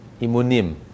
imunim